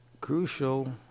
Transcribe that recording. crucial